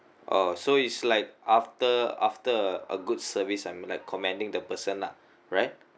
oh so it's like after after a good service I'm like commenting the person lah right